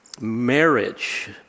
marriage